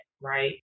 right